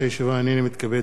הנני מתכבד להודיע,